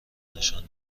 نشان